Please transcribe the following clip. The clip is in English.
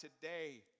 today